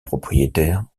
propriétaires